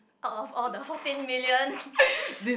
out of all the fourteen millions